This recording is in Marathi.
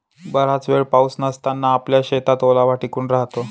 बराच वेळ पाऊस नसताना आपल्या शेतात ओलावा टिकून राहतो